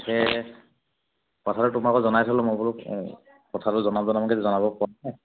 সেই কথাটো তোমাকো জনাই থ'লোঁ মই বোলো কথাটো জনাম জনামগৈ জনাব পৰা নাই